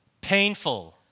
Painful